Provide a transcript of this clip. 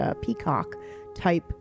peacock-type